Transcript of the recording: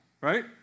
right